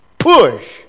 push